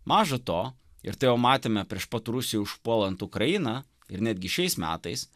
maža to ir tai jau matėme prieš pat rusijai užpuolant ukrainą ir netgi šiais metais